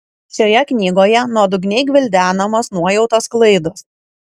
šioje knygoje nuodugniai gvildenamos nuojautos klaidos